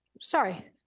sorry